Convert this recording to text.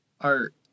art